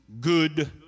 good